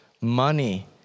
money